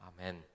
amen